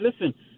listen